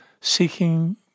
seeking